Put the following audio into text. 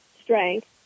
strength